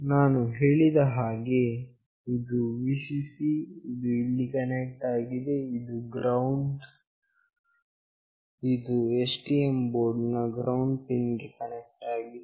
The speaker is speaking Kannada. ನಾನು ಹೇಳಿದ ಹಾಗೆ ಇದು Vcc ಇದು ಇಲ್ಲಿ ಕನೆಕ್ಟ್ ಆಗಿದೆ ಇದು ಗ್ರೌಂಡ್ ಇದು STM ಬೋರ್ಡ್ ನ ಗ್ರೌಂಡ್ ಪಿನ್ ಕನೆಕ್ಟ್ ಆಗಿದೆ